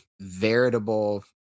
veritable